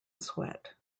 sweat